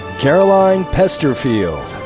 caroline pesterfield.